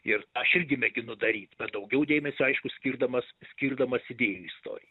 ir aš irgi mėginu daryt bet daugiau dėmesio aišku skirdamas skirdamas idėjų istorijai